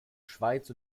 schweiz